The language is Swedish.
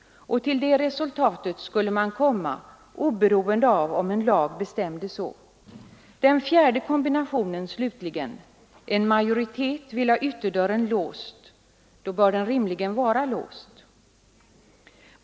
Till det resultatet skulle man komma oberoende av om en lag bestämde så. Det fjärde exemplet är slutligen: En majoritet vill ha ytterdörren låst; då bör den rimligen vara låst.